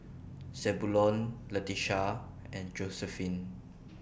Zebulon Leticia and Josephine